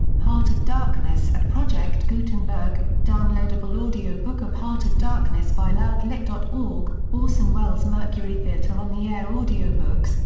heart of darkness at project gutenberg downloadable audio book of heart of darkness by loudlit dot org orson welles' mercury theatre on the air audio books,